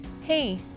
Hey